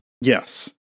Yes